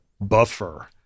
buffer